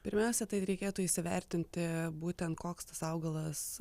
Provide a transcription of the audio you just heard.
pirmiausia tai reikėtų įsivertinti būtent koks tas augalas